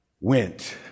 went